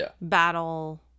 battle